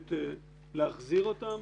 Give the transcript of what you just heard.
יכולת להחזיר אותם.